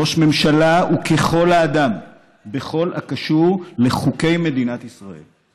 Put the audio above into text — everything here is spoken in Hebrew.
ראש ממשלה הוא ככל האדם בכל הקשור לחוקי מדינת ישראל.